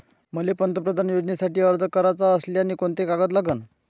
मले पंतप्रधान योजनेसाठी अर्ज कराचा असल्याने कोंते कागद लागन?